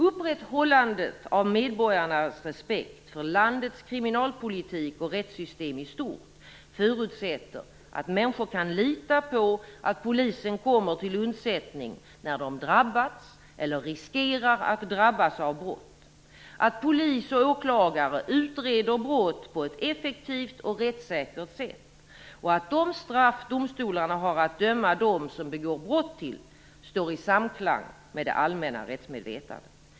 Upprätthållandet av medborgarnas respekt för landets kriminalpolitik och rättssystem i stort förutsätter att människor kan lita på att polisen kommer till undsättning när de drabbats eller riskerar att drabbas av brott, att polis och åklagare utreder brott på ett effektivt och rättssäkert sätt och att de straff domstolarna har att döma dem som begår brott till står i samklang med det allmänna rättsmedvetandet.